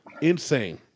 Insane